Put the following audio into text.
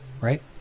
right